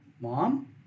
Mom